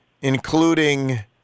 including